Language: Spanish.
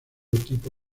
tipo